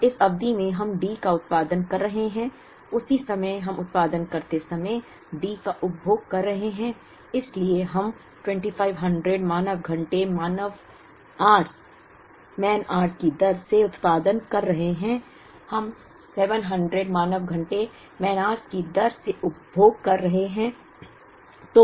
अब इस अवधि में हम D का उत्पादन कर रहे हैं उसी समय हम उत्पादन करते समय D का उपभोग कर रहे हैं इसलिए हम 2500 मानव घंटे की दर से उत्पादन कर रहे हैं हम 700 मानव घंटे की दर से उपभोग कर रहे हैं